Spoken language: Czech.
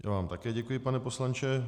Já vám také děkuji, pane poslanče.